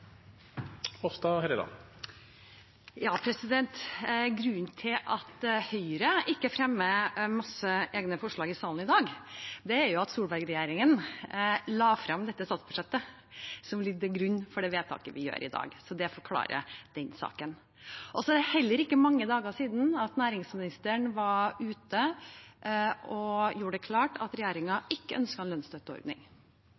Hofstad Helleland har hatt ordet to ganger tidligere og får ordet til en kort merknad, begrenset til 1 minutt. Grunnen til at Høyre ikke fremmer masse egne forslag i salen i dag, er at Solberg-regjeringen la frem det statsbudsjettet som ligger til grunn for de vedtakene vi gjør i dag. Så det forklarer den saken. Det er heller ikke mange dager siden næringsministeren var ute og gjorde det klart at